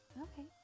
Okay